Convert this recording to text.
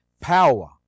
power